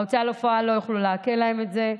ההוצאה לפועל לא יוכלו לעקל להם את זה,